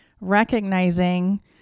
recognizing